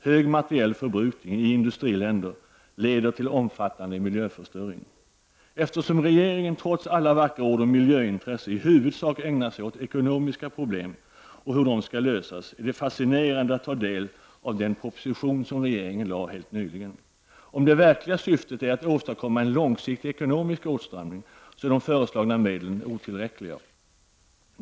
Hög materiell förbrukning i industriländerna leder till omfattande miljöförstöring. Eftersom regeringen trots alla vackra ord om miljöintresse i huvudsak ägnar sig åt ekonomiska problem och hur de skall lösas, är det fascinerande att ta del av den proposition som regeringen lade på riksdagens bord helt nyligen. Om det verkliga syftet är att åstadkomma en långsiktig ekonomisk åtstramning, är de föreslagna medlen otillräckliga.